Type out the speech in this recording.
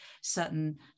certain